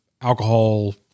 alcohol